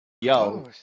Yo